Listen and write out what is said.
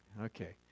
Okay